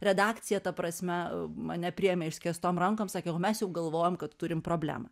redakcija ta prasme mane priėmė išskėstom rankom sakė o mes jau galvojom kad turim problemą